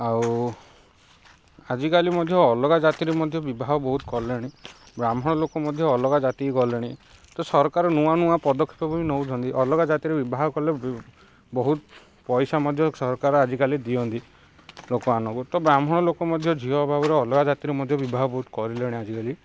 ଆଉ ଆଜିକାଲି ମଧ୍ୟ ଅଲ୍ଗା ଜାତିରେ ମଧ୍ୟ ବିବାହ ବହୁତ କଲେଣି ବ୍ରାହ୍ମଣ ଲୋକ ମଧ୍ୟ ଅଲ୍ଗା ଜାତି କି ଗଲେଣି ତ ସରକାର ନୂଆ ନୂଆ ପଦକ୍ଷେପ ବି ନେଉଛନ୍ତି ଅଲ୍ଗା ଜାତିରେ ବିବାହ କଲେ ବହୁତ ପଇସା ମଧ୍ୟ ସରକାର ଆଜିକାଲି ଦିଅନ୍ତି ଲୋକମାନଙ୍କୁ ତ ବ୍ରାହ୍ମଣ ଲୋକ ମଧ୍ୟ ଝିଅ ଅଭାବରେ ଅଲ୍ଗା ଜାତିରେ ମଧ୍ୟ ବିବାହ ବହୁତ କଲେଣି ଆଜିକାଲି